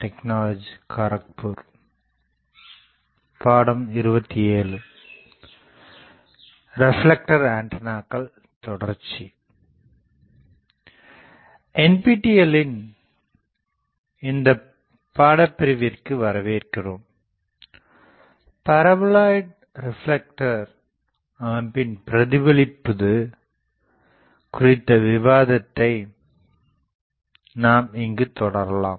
NPTELலின் இந்த பாடபிரிவிற்கு வரவேற்கிறோம் பரபோலோயிட் ரிப்லெக்டர் அமைப்பின் பிரதிபலிப்பது குறித்த விவாதத்தை நாம் இங்கு தொடரலாம்